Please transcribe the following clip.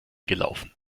gelaufen